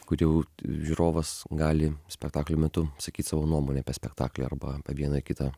kur jau žiūrovas gali spektaklio metu sakyt savo nuomonę apie spektaklį arba vieną kitą